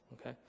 okay